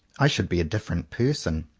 i should be a different person.